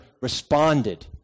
responded